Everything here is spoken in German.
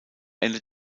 ende